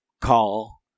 call